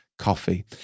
Coffee